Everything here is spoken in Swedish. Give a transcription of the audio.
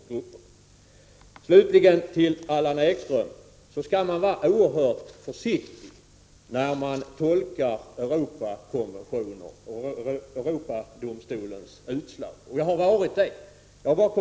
Jag vill slutligen till Allan Ekström säga att man skall vara oerhört försiktig när man tolkar Europakonventionen och Europadomstolens utslag. Jag har varit det.